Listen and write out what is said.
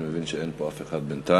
אני מבין שאין פה אף אחד בינתיים.